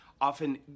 often